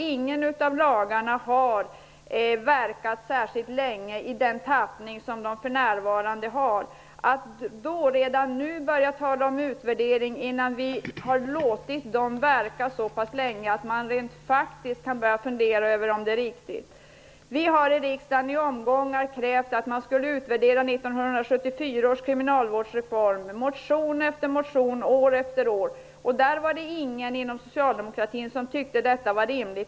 Ingen av lagarna har funnits särskilt länge i den tappning de för närvarande har. Det är fel att redan nu tala om en utvärdering, innan de har funnits tillräckligt länge. Vi har i riksdagen i omgångar krävt att 1974 års kriminalvårdsreform skulle utvärderas. Det har vi gjort i motion efter motion, år efter år. Ingen av socialdemokraterna tyckte att det var rimligt.